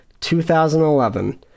2011